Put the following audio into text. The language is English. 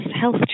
health